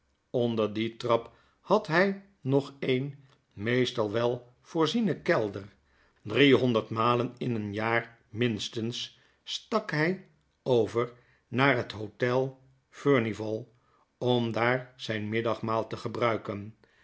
onder die trap had hy nog een meestal wel voorzienen kelder drie honderd malen in een jaar minstens stak hy over naar het hdtel eurnival om daar zyn middagmaal te gebruiken